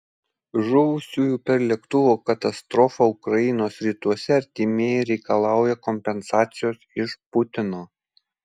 žuvusiųjų per lėktuvo katastrofą ukrainos rytuose artimieji reikalauja kompensacijos iš putino